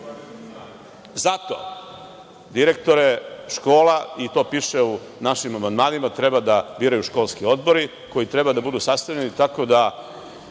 stvar. Zato, direktore škola, i to piše u našim amandmanima, treba da biraju školski odbori koji treba da budu sastavljeni tako da